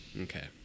Okay